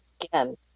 again